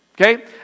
okay